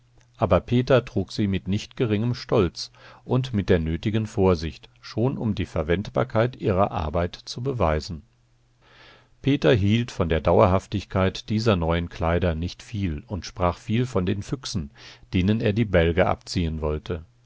aber eva trug sie mit nicht geringem stolz und mit der nötigen vorsicht schon um die verwendbarkeit ihrer arbeit zu beweisen peter hielt von der dauerhaftigkeit dieser neuen kleider nicht viel und sprach viel von den füchsen denen er die bälge abziehen wollte